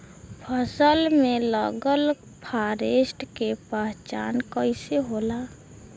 फसल में लगल फारेस्ट के पहचान कइसे होला?